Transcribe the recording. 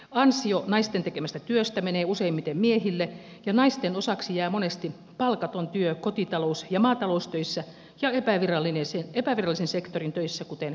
ansio naisten tekemästä työstä menee useimmiten miehille ja naisten osaksi jää monesti palkaton työ kotitalous ja maataloustöissä ja epävirallisen sektorin töissä kuten käsityöläisyydessä